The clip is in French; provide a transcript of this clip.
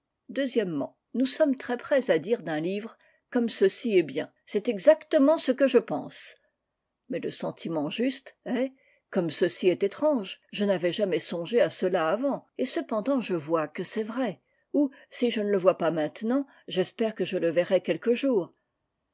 nous sommes très prêts à dire d'un livre comme ceci est bien c'est exactement ce que je pense a mais le sentiment juste est comme ceci est étrange je n'avais jamais songé à cela avant et cependant je vois que c'est vrai ou si je ne le vois pas maintenant j'espère que je le verrai quelque jour